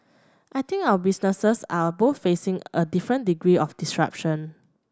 I think our businesses are both facing a different degree of disruption